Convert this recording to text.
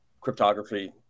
cryptography